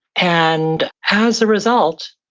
and as a result,